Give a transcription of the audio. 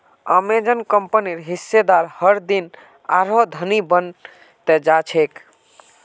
Amazon कंपनीर हिस्सेदार हरदिन आरोह धनी बन त जा छेक